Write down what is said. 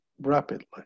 rapidly